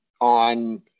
on